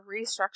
restructure